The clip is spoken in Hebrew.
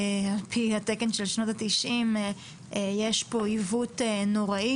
על פי התקן של שנות התשעים יש פה עיוות נוראי